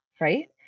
Right